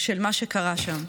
של מה שקרה שם.